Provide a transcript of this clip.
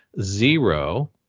Zero